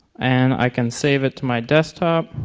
and i can save it to my desktop.